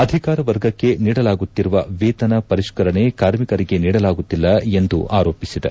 ಅಧಿಕಾರ ವರ್ಗಕ್ಕೆ ನೀಡಲಾಗುತ್ತಿರುವ ವೇತನ ಪರಿಷ್ಠರಣೆ ಕಾರ್ಮಿಕರಿಗೆ ನೀಡಲಾಗುತ್ತಿಲ್ಲ ಎಂದು ಆರೋಪಿಸಿದೆ